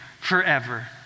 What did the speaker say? forever